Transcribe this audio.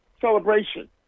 celebration